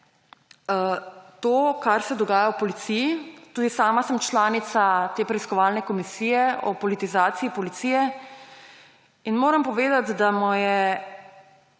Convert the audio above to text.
to, kar se dogaja v policiji. Tudi sama sem članica te preiskovalne komisije o politizaciji policije in moram povedati, da me